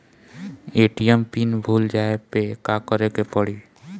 ATM pin भूल जाए पे का करे के पड़ी?